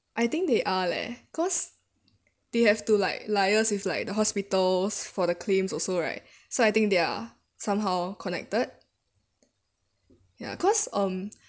I think they are leh cause they have to like liaise with like the hospitals for the claims also right so I think they are somehow connected ya cause um